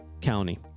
County